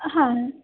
হ্যাঁ